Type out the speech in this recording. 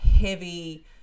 heavy